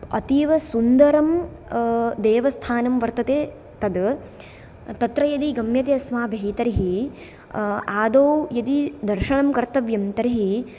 अतीवसुन्दरं देवस्थानं वर्तते तद् तत्र यदि गम्यते अस्माभिः तर्हि आदौ यदि दर्शनं कर्तव्यं तर्हि